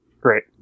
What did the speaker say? Great